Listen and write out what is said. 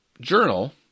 journal